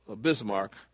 Bismarck